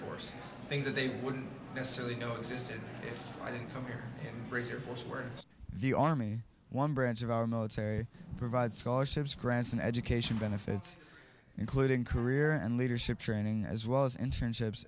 worse things that they wouldn't necessarily know existed i didn't come here and raise your forswears the army one branch of our military provide scholarships grants an education benefits including career and leadership training as well as internships